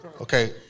Okay